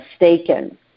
mistaken